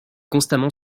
constamment